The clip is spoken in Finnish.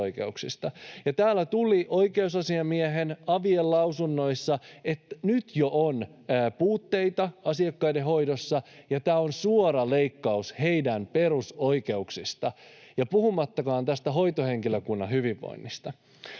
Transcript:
Täällä tuli oikeusasiamiehen, avien lausunnoissa, että nyt jo on puutteita asiakkaiden hoidossa, ja tämä on suora leikkaus heidän perusoikeuksistaan puhumattakaan tästä hoitohenkilökunnan hyvinvoinnista.